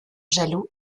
jaloux